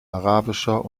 arabischer